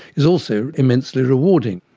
it's also immensely rewarding.